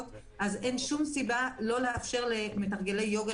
אז אין שום סיבה לא לאפשר למתרגלי יוגה,